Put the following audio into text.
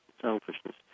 selfishness